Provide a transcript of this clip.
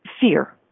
fear